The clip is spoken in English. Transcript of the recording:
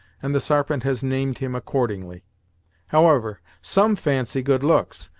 and the sarpent has named him accordingly however, some fancy good looks,